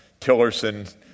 Tillerson